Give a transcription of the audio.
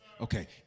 Okay